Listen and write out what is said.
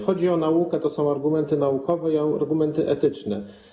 Chodzi o naukę - to są argumenty naukowe - i o argumenty etyczne.